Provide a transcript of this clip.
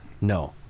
no